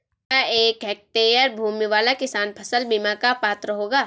क्या एक हेक्टेयर भूमि वाला किसान फसल बीमा का पात्र होगा?